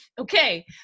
Okay